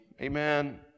Amen